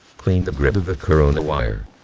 clean the grid of the corona wire.